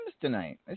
tonight